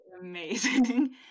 amazing